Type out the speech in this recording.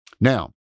Now